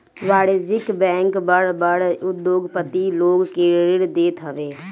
वाणिज्यिक बैंक बड़ बड़ उद्योगपति लोग के ऋण देत हवे